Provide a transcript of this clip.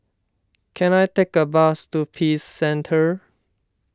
can I take a bus to Peace Centre